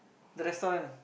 the restaurant